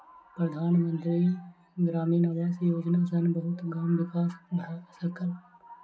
प्रधान मंत्री ग्रामीण आवास योजना सॅ बहुत गाम विकसित भअ सकल